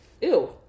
Ew